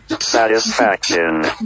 satisfaction